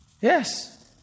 Yes